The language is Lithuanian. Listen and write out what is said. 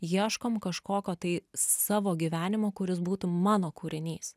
ieškom kažkoko tai savo gyvenimo kuris būtų mano kūrinys